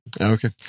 Okay